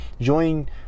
join